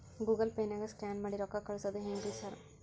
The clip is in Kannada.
ಗೂಗಲ್ ಪೇನಾಗ ಸ್ಕ್ಯಾನ್ ಮಾಡಿ ರೊಕ್ಕಾ ಕಳ್ಸೊದು ಹೆಂಗ್ರಿ ಸಾರ್?